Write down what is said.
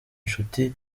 inshuti